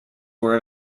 were